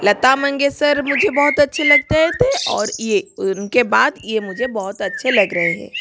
लता मागेश्कर मुझे बहुत अच्छी लगती थे और ये उनके बाद ये मुझे बहुत अच्छे लग रहें हैं